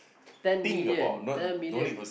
ten million ten million